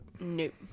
Nope